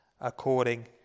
according